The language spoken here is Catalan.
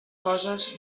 coses